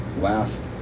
last